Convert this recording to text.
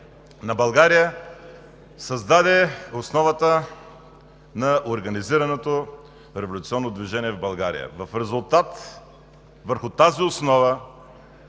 на България, постави основата на организираното революционно движение в България. Върху тази основа